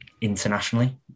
internationally